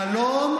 שלום,